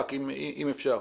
אם אפשר.